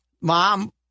Mom